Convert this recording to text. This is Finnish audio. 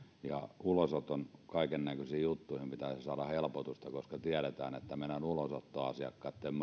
ja ulosoton kaikennäköisiin juttuihin pitäisi saada helpotusta koska tiedetään että meidän ulosottoasiakkaittemme